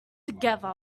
together